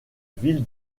ville